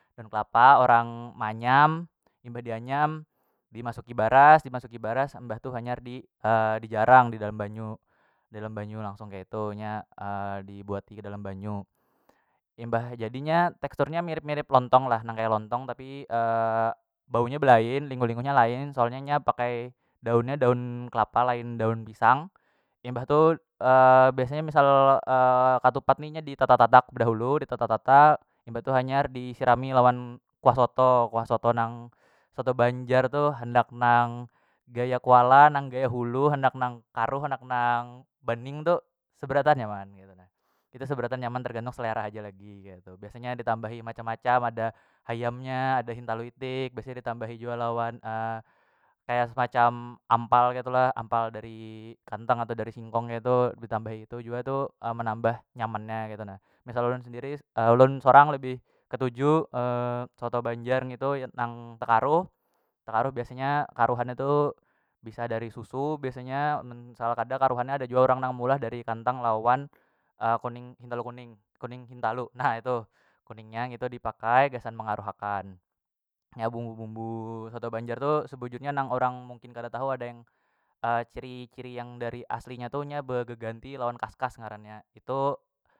Daun kelapa orang maanyam imbah dianyam dimasuki baras, dimasuki baras mbah tu hanyar di dijarang didalam banyu, didalam banyu langsung kaitu nya dibuati kedalam banyu imbah jadinya tekstur nya mirip- mirip lontong lah nang kaya lontong tapi bau nya belain lingu- lingu nya lain soalnya nya pakai daun nya daun kelapa lain daun pisang imbah tu biasanya misal katupat ni nya ditatak- tatak bedahulu ditatak- tatak imbah tu hanyar disirami lawan kuah soto- kuah soto nang soto banjar tuh handak nang gaya koala nang gaya hulu handak nang karuh nang baning tu seberataan nyaman ketu nah itu seberataan nyaman tergantung selera haja lagi keitu biasanya ditambahi macam- macam ada hayam nya ada hintalu itik biasanya ditambahi jua lawan es macam ampal ketu lah ampal dari kantang atau dari singkong ditambahi itu jua tu menambah nyamannya keitu nah, misal ulun sendiri ulun sorang lebih ketuju soto banjar ngitu nang takaruh- takaruh biasanya karuhannya tu bisa dari susu biasanya mun misal kada karuhannya ada jua orang nang maulah dari kantang lawan kuning hintalu kuning- kuning hintalu nah itu, kuning nya ngitu dipakai gasan mangaruh akan ya bumbu- bumbu soto banjar tu sebujurnya nang orang mungkin kada tahu ada yang ciri- ciri yang dari aslinya tu nya begeganti lawan kas- kas ngarannya itu.